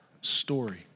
story